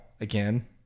again